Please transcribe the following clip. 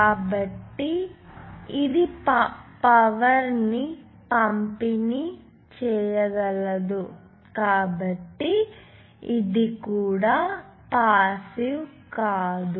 కాబట్టి ఇది పవర్ ని పంపిణీ చేయగలదు కాబట్టి ఇది కూడా పాసివ్ కాదు